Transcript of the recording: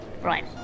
Right